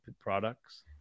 products